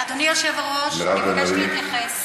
אדוני היושב-ראש, מירב בן ארי.